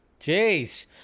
Jeez